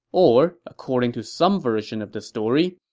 or according to some version of the story,